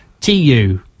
T-U